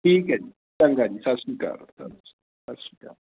ਠੀਕ ਹੈ ਜੀ ਚੰਗਾ ਜੀ ਸਤਿ ਸ਼੍ਰੀ ਅਕਾਲ ਸਾਸੀ ਸਤਿ ਸ਼੍ਰੀ ਅਕਾਲ